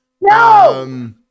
no